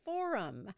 Forum